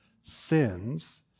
sins